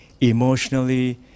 emotionally